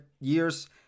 years